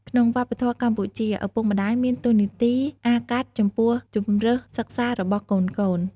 ក្នុងវប្បធម៌កម្ពុជា ឪពុកម្ដាយមានតួនាទីអាកាត់ចំពោះជម្រើសសិក្សារបស់កូនៗ។